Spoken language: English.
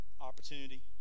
opportunity